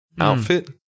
outfit